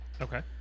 Okay